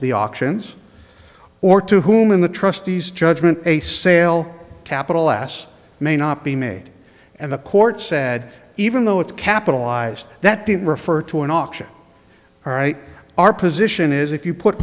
the auctions or to whom in the trustees judgment a sale capital last may not be made and the court said even though it's capitalized that didn't refer to an auction all right our position is if you put